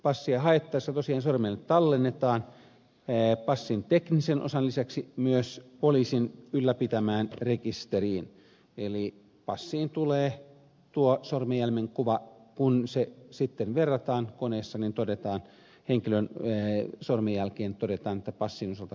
passia haettaessa tosiaan sormenjäljet tallennetaan passin teknisen osan lisäksi myös poliisin ylläpitämään rekisteriin eli passiin tulee tuo sormenjäljen kuva ja kun sitä sitten verrataan koneessa henkilön sormenjälkiin niin todetaan että passin osalta kaikki on kunnossa